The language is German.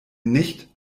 nicht